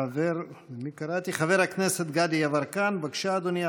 חבר הכנסת גדי יברקן, בבקשה, אדוני.